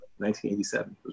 1987